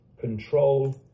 control